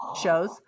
shows